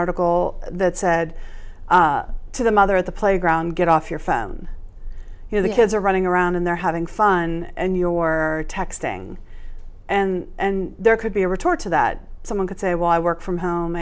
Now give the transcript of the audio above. article that said to the mother at the playground get off your phone you know the kids are running around and they're having fun and your texting and there could be a retort to that someone could say why work from home